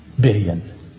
billion